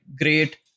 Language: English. great